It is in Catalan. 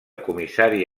comissari